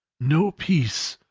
no peace.